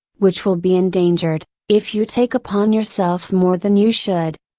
which will be endangered, if you take upon yourself more than you should.